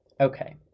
okay